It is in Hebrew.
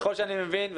ככל שאני מבין,